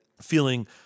feeling